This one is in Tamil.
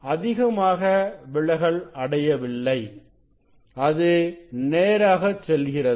அதிகமாக விலகல் அடையவில்லை அது நேராக செல்கிறது